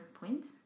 points